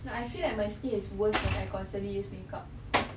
no I feel like my skin is worse when I constantly use makeup